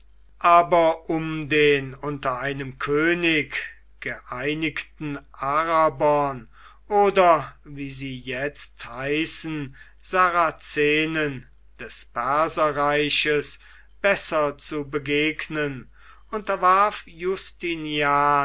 aber um den unter einem könig geeinigten arabern oder wie sie jetzt heißen sarazenen des perserreiches besser zu begegnen unterwarf justinian